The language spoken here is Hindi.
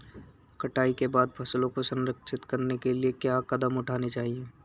कटाई के बाद फसलों को संरक्षित करने के लिए क्या कदम उठाने चाहिए?